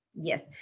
yes